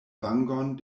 vangon